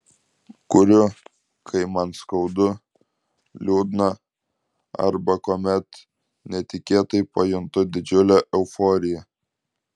kuriu kai man skaudu liūdna arba kuomet netikėtai pajuntu didžiulę euforiją